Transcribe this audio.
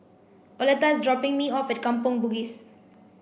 Oleta is dropping me off at Kampong Bugis